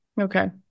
Okay